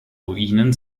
ruinen